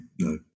no